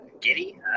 giddy